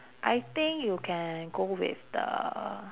I think you can go with the